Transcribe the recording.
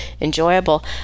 enjoyable